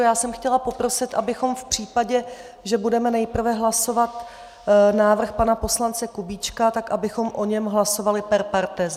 Já jsem chtěla poprosit, abychom v případě, že budeme nejprve hlasovat návrh pana poslance Kubíčka, tak abychom o něm hlasovali per partes.